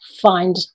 find